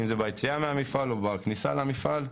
אם זה ביציאה מהמפעל או בכניסה למפעל.